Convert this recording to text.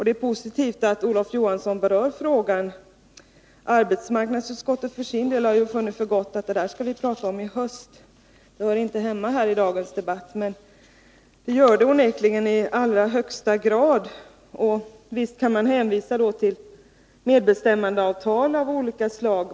Det är positivt att Olof Johansson berör frågan. Arbetsmarknadsutskottet för sin del har ju funnit för gott att förklara, att det där skall vi tala om i höst — det hör inte hemma i dagens debatt. Men det gör det onekligen i allra högsta grad. Visst kan man hänvisa till medbestämmandeavtal av olika slag.